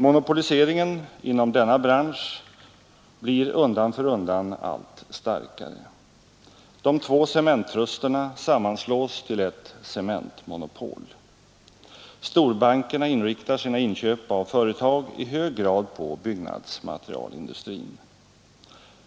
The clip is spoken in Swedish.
Monopoliseringen inom denna bransch blir undan för undan allt starkare. De två cementtrusterna sammanslås till ett cementmonopol. Storbankerna inriktar sina inköp av företag i hög grad på byggnadsmaterialindustrin.